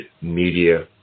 Media